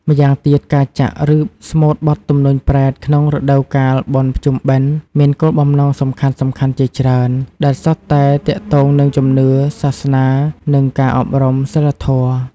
ម្យ៉ាងទៀត ការចាក់ ឬស្មូតបទ ទំនួញប្រេត ក្នុងរដូវកាលបុណ្យភ្ជុំបិណ្ឌ មានគោលបំណងសំខាន់ៗជាច្រើន ដែលសុទ្ធតែទាក់ទងនឹងជំនឿសាសនា និងការអប់រំសីលធម៌។